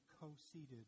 co-seated